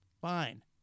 Fine